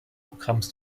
programms